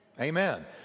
Amen